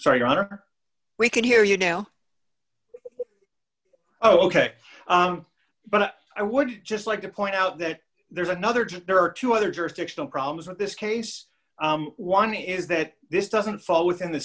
sorry your honor we can hear you now ok but i would just like to point out that there's another there are two other jurisdictional problems in this case one is that this doesn't fall within the